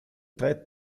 tre